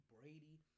Brady